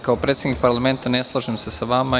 Kao predsednik parlamenta, ne slažem se sa vama.